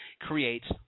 creates